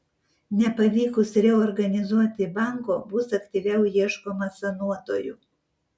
nepavykus reorganizuoti banko bus aktyviau ieškoma sanuotojų